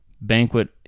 banquet